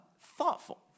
thoughtful